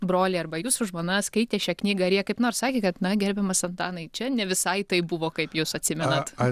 broliai arba jūsų žmona skaitė šią knygą ar jie kaip nors sakė kad na gerbiamas antanai čia ne visai taip buvo kaip jūs atsimenat